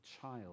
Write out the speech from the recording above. child